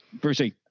Brucey